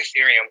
Ethereum